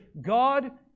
God